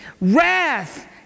wrath